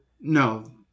No